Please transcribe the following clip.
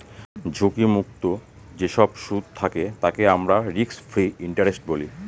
ঝুঁকি মুক্ত যেসব সুদ থাকে তাকে আমরা রিস্ক ফ্রি ইন্টারেস্ট বলি